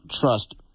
trust